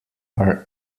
are